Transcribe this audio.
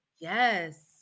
Yes